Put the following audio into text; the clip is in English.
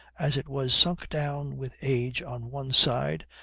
as it was sunk down with age on one side,